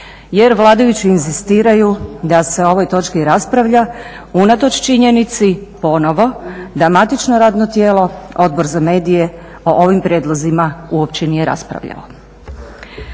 je vladajući inzistiraju da se o ovoj točci raspravlja unatoč činjenici ponovo da matično radno tijelo Odbor za medije o ovim prijedlozima uopće nije raspravljao.